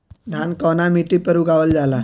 धान कवना मिट्टी पर उगावल जाला?